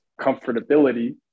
comfortability